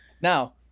now